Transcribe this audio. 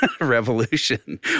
Revolution